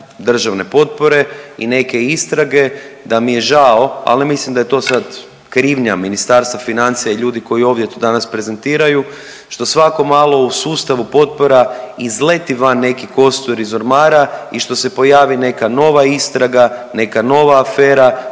državne potpore i neke istrage da mi je žao, ali mislim da je to sad krivnja Ministarstva financija i ljudi koji ovdje to danas prezentiraju što svako malo u sustavu potpora izleti van neki kostur iz ormara i što se pojavi neka nova istraga, neka nova afera